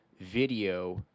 video